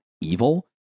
evil